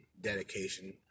dedication